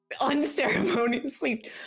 unceremoniously